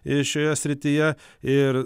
ir šioje srityje ir